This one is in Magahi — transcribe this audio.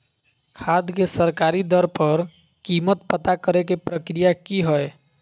खाद के सरकारी दर पर कीमत पता करे के प्रक्रिया की हय?